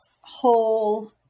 whole